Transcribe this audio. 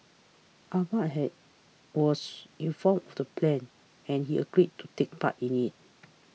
Ahmad was informed of the plan and he agreed to take part in it